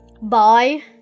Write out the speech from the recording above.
bye